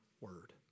word